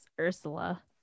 Ursula